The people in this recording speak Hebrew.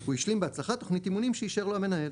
הוא השלים בהצלחה תכנית אימונים שאישר לו המנהל